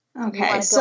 Okay